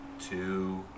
two